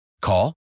Call